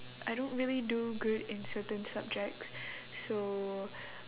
I don't really do good in certain subjects so